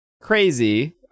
crazy